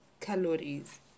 calories